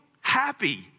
happy